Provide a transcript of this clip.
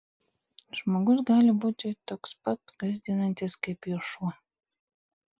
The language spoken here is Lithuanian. žmogus gali būti toks pats gąsdinantis kaip juo šuo